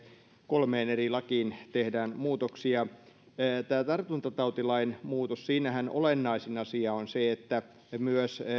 kolmeen eri lakiin tehdään muutoksia tässä tartuntatautilain muutoksessahan olennaisin asia on se että myös